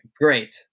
Great